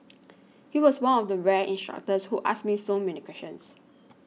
he was one of the rare instructors who asked me so many questions